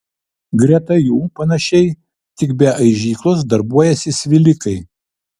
greta jų panašiai tik be aižyklos darbuojasi svilikai